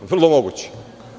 Vrlo je moguće.